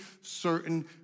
certain